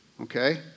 okay